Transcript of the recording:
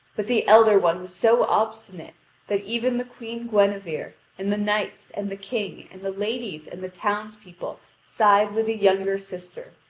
but the elder one was so obstinate that even the queen guinevere and the knights and the king and the ladies and the townspeople side with the younger sister,